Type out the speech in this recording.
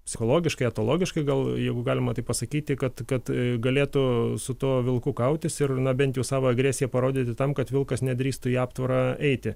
psichologiškai etologiškai gal jeigu galima taip pasakyti kad kad galėtų su tuo vilku kautis ir na bent jau savo agresiją parodyti tam kad vilkas nedrįstų į aptvarą eiti